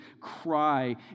cry